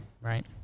Right